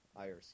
IRC